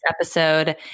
episode